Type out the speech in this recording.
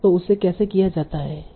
तो उसे कैसे किया जाता है